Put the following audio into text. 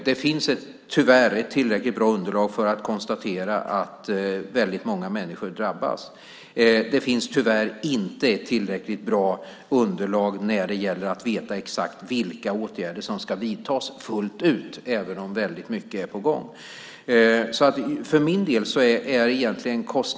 Det finns tyvärr ett tillräckligt bra underlag för att konstatera att väldigt många människor drabbas. Det finns tyvärr inte ett tillräckligt bra underlag när det gäller att veta exakt vilka åtgärder som ska vidtas fullt ut, även om mycket är på gång.